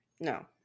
no